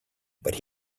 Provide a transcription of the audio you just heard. but